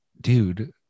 dude